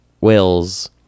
whales